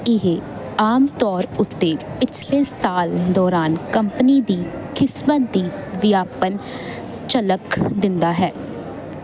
ਇਹ ਆਮ ਤੌਰ ਉੱਤੇ ਪਿਛਲੇ ਸਾਲ ਦੌਰਾਨ ਕੰਪਨੀ ਦੀ ਕਿਸਮਤ ਦੀ ਵਿਆਪਕ ਝਲਕ ਦਿੰਦਾ ਹੈ